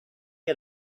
had